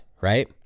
right